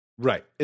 Right